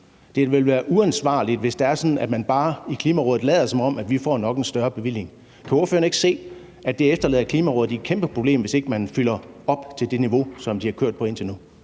Det vil være uansvarligt, hvis det er sådan, at man bare i Klimarådet lader, som om man nok får en større bevilling. Kan ordføreren ikke se, at det efterlader Klimarådet med et kæmpe problem, hvis ikke man fylder op til det niveau, som de har kørt på indtil nu?